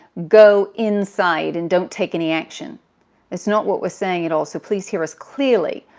go inside and don't take any action that's not what we're saying at all. so please hear us clearly.